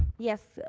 yes.